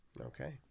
Okay